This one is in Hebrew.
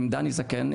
עם דני זקן,